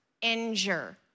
injure